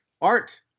art